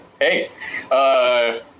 Hey